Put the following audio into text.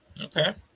okay